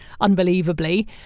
unbelievably